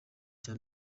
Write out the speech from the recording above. cya